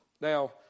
Now